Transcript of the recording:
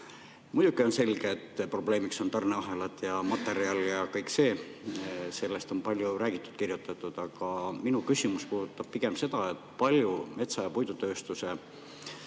Muidugi on selge, et probleem on tarneahelad, materjal ja kõik see, sellest on palju räägitud-kirjutatud. Minu küsimus puudutab pigem seda, kui palju on metsa‑ ja puidutööstuse